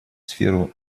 сферу